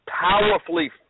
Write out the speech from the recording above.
powerfully